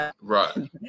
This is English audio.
right